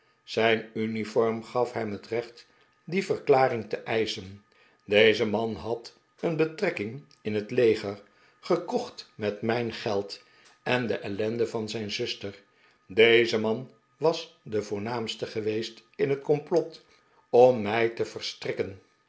zijn uniform gaf hem het recht die verklaring te eischen deze man had een betrekking in het leger gekocht met mijn geld en de ellende van zijn zuster deze man was de voornaamste geweest in het complot om mij te verstrikken